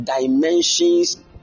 dimensions